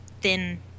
thin